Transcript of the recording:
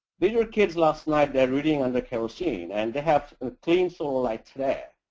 did your kids last night they are reading on the kerosene and they have a clean solar light today.